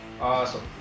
Awesome